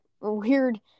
weird